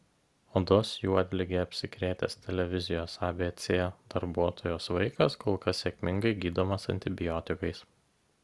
odos juodlige apsikrėtęs televizijos abc darbuotojos vaikas kol kas sėkmingai gydomas antibiotikais